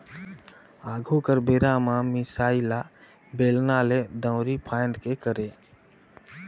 आघु कर बेरा में मिसाई ल बेलना ले, दंउरी फांएद के करे